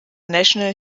national